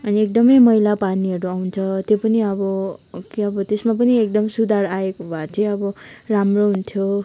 अनि एकदमै मैला पानीहरू आउँछ त्यो पनि अब के अब त्यसमा पनि एकदम सुधार आएको भए चाहिँ अब राम्रो हुन्थ्यो